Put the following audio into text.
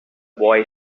boy